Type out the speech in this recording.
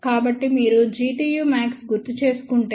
కాబట్టి మీరు Gtu max గుర్తుచేసుకుంటే అది 10